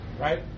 right